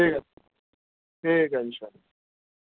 ٹھیک ہے ٹھیک ہے انشاء اللہ